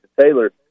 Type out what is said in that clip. Taylor